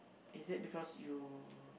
is it because you